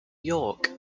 york